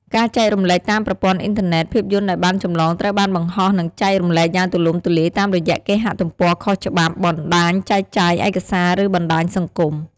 ការចែករំលែកតាមប្រព័ន្ធអ៊ីនធឺណិត ភាពយន្តដែលបានចម្លងត្រូវបានបង្ហោះ និងចែករំលែកយ៉ាងទូលំទូលាយតាមរយៈគេហទំព័រខុសច្បាប់ បណ្តាញចែកចាយឯកសារ ឬបណ្តាញសង្គម។